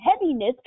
heaviness